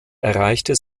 erreichte